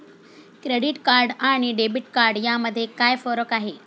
Credit card आणि debit card यामध्ये काय फरक आहे?